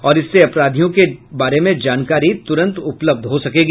और इससे अपराधियों के बारे में जानकारी तुरंत उपलब्ध हो सकेगी